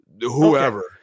whoever